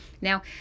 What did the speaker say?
Now